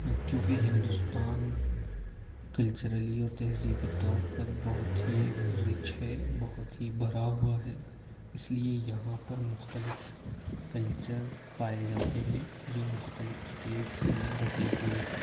کیونکہ ہندوستان کلچرلی اور تہذیبی طور پر بہت ہی رچ ہے بہت ہی بھرا ہوا ہے اس لیے یہاں پر مختلف کلچر پائے جاتے ہیں جو مختلف اسٹیٹس میں بٹے ہوئے ہیں